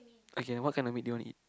okay what kind of meat do you want to eat